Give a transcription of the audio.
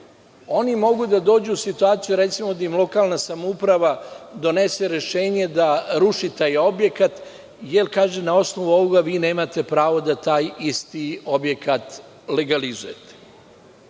oni mogu da dođu u situaciju, recimo, da im lokalna samouprava donese rešenje da ruši taj objekat, jer na osnovu ovoga vi nemate pravo da taj isti objekat legalizujete. Da